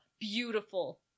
beautiful